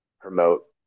promote